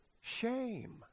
shame